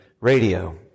radio